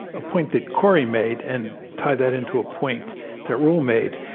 a point that kori made and tie that into a point that reuel made.